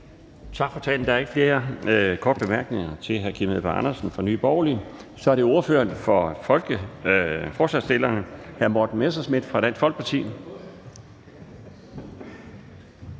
Tak for talen. Der er ikke flere korte bemærkninger til hr. Kim Edberg Andersen fra Nye Borgerlige. Så er det ordføreren for forslagsstillerne, hr. Morten Messerschmidt fra Dansk Folkeparti.